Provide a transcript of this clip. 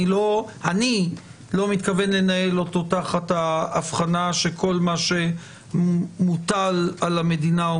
אני לא מתכוון לנהל אותו תחת ההבחנה שכל מה שמוטל על המדינה או